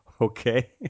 Okay